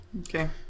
Okay